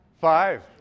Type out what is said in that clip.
Five